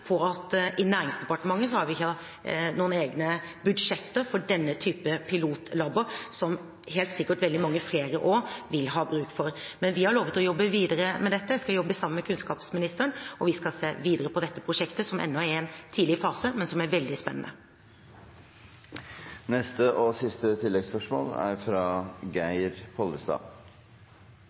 at Næringsdepartementet ikke har egne budsjetter for denne typen pilotlaboratorier, noe helt sikkert veldig mange flere også vil ha bruk for. Men vi har lovet å jobbe videre med dette. Jeg skal jobbe sammen med kunnskapsministeren, og vi skal se videre på dette prosjektet, som ennå er i en tidlig fase, men som er veldig spennende. Geir Pollestad – til siste oppfølgingsspørsmål. Et annet forslag i budsjettet som er